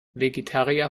vegetarier